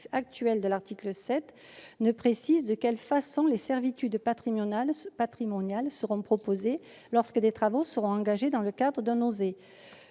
actuel de l'article 7 ne précise de quelle façon les servitudes patrimoniales seront protégées lorsque des travaux seront engagés dans le cadre d'une